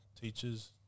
teachers